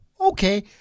okay